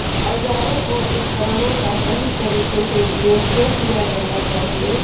औजारों और उपकरणों का सही तरीके से उपयोग क्यों किया जाना चाहिए?